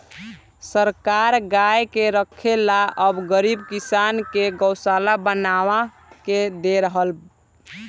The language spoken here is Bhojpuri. सरकार गाय के रखे ला अब गरीब किसान के गोशाला बनवा के दे रहल